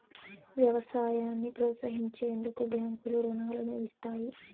వ్యవసాయాన్ని ప్రోత్సహించేందుకు బ్యాంకులు రుణాలను ఇస్తాయి